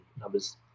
numbers